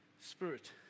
spirit